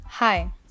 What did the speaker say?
Hi